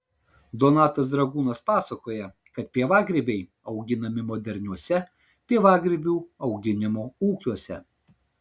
donatas dragūnas pasakoja kad pievagrybiai auginami moderniuose pievagrybių auginimo ūkiuose